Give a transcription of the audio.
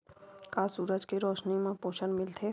का सूरज के रोशनी म पोषण मिलथे?